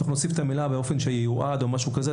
צריך להוסיף את המילה באופן שייועד או משהו כזה.